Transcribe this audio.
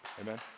Amen